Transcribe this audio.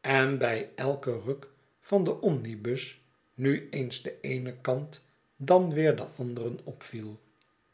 en bij elken ruk van den omnibus nu eens den eenen kant dan weer den anderen op